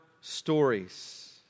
stories